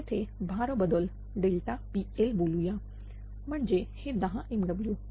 तर तेथे भार बदलPL बोलूया म्हणजे हे 10 MW